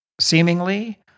seemingly